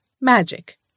magic